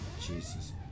jesus